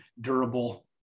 durable